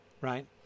right